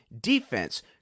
defense